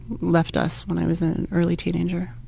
left us when i was an early teenager.